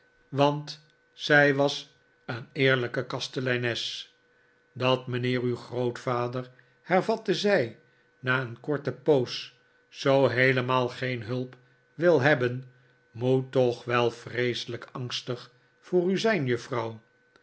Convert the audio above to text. want zij was een eerlijke kasteleines dat mijnheer uw grootvader hervatte zij na een korte poos zoo heelemaal geen hulp wil hebben moet toch wel vreeselijk angstig voor u zijn juffrouw